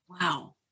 Wow